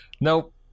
Nope